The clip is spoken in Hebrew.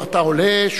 אתה עולה,